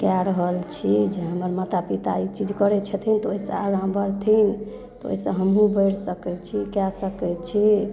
कए रहल छी जे हमर माता पिता ई चीज करै छथिन तऽ ओइसँ आगा बढ़थिन तऽ ओइसँ हमहुँ बढ़ि सकै छी कए सकै छी